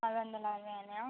ఆరు వందల అరవై అయ్యాయా